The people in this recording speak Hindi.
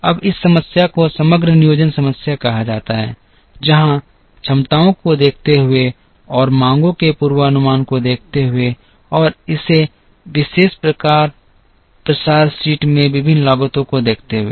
अब इस समस्या को समग्र नियोजन समस्या कहा जाता है जहाँ क्षमताओं को देखते हुए और मांगों के पूर्वानुमान को देखते हुए और इस विशेष प्रसार शीट में विभिन्न लागतों को देखते हुए